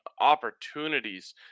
opportunities